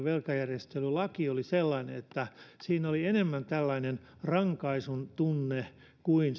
velkajärjestelylaki oli sellainen että siinä oli enemmän tällainen rankaisun tunne kuin